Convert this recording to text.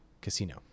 Casino